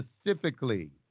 specifically